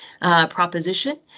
proposition